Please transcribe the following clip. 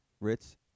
Ritz